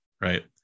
right